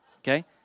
Okay